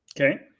Okay